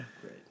great